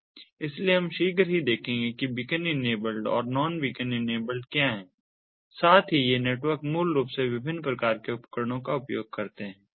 इसलिए हम शीघ्र ही देखेंगे कि बीकन इनेबल्ड और नॉन बीकन इनेबल्ड क्या है और साथ ही ये नेटवर्क मूल रूप से विभिन्न प्रकार के उपकरणों का उपयोग करते हैं